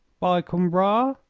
by coimbra?